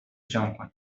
جان